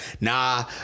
Nah